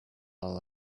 all